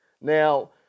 now